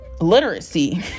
literacy